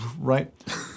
Right